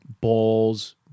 Balls